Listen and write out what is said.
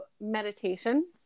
meditation